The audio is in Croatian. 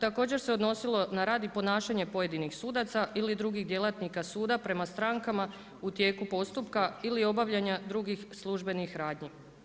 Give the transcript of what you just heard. Također se odnosilo na rad i ponašanje pojedinih sudaca ili drugih djelatnika suda prema strankama u tijeku postupka ili obavljanja drugih službenih radnji.